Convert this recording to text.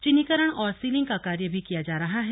चिन्हीकरण और सीलिंग का कार्य भी किया जा रहा है